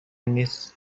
نیست